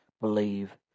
believe